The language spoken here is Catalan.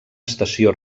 estació